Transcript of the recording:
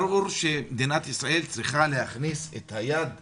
ברור שמדינת ישראל צריכה להכניס את היד לכיס.